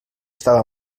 estava